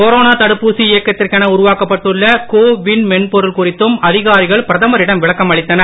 corona தடுப்பூசி இயக்கத்திற்கென உருவாக்கப்பட்டுள்ள கோ வின் மென்பொருள் குறித்தும் அதிகாரிகள் பிரதமரிடம் விளக்கம் அளித்தனர்